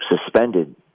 suspended